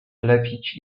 lepić